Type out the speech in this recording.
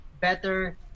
better